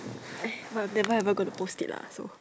eh but never ever gonna post it lah so